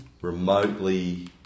remotely